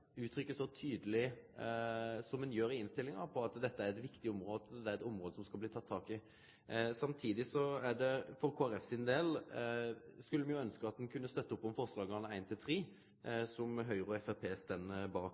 at dette er eit viktig område, at det er eit område det skal bli teke tak i. Samtidig skulle Kristeleg Folkeparti for sin del ønskje at ein kunne støtte opp under forslaga nr. 1–3, som Høgre og Framstegspartiet står bak